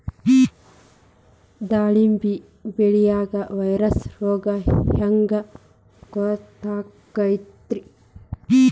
ದಾಳಿಂಬಿ ಬೆಳಿಯಾಗ ವೈರಸ್ ರೋಗ ಹ್ಯಾಂಗ ಗೊತ್ತಾಕ್ಕತ್ರೇ?